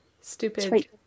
stupid